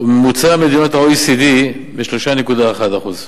וממוצע מדינות ה-OECD, ב-3.1%.